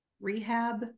rehab